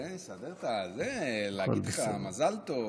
תן לי לסדר את זה, להגיד לך מזל טוב.